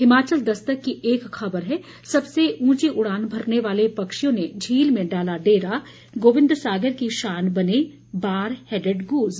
हिमाचल दस्तक की एक खबर है सबसे उंची उड़ान भरने वाले पक्षियों ने झील में डाला डेरा गोबिंद सागर की शान बने बार हेडेड गूज